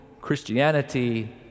Christianity